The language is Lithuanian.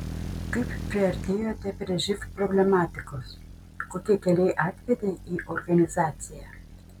kaip priartėjote prie živ problematikos kokie keliai atvedė į organizaciją